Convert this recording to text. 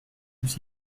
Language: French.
plus